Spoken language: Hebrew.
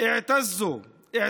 להלן תרגומם: בני עמנו,